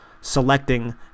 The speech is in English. selecting